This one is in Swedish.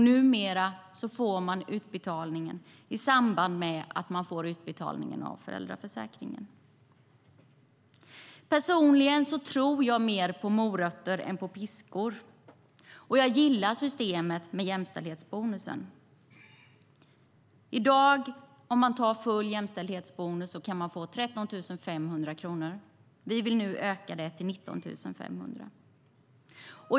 Numera får man utbetalningen i samband med att man får utbetalningen av föräldraförsäkringen. Personligen tror jag mer på morötter än på piskor, och jag gillar systemet med jämställdhetsbonus. Tar man ut full jämställdhetsbonus kan man i dag få 13 500 kronor, och vi vill nu öka det till 19 500.